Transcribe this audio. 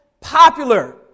popular